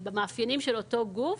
למאפיינים של אותו הגוף.